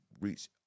reach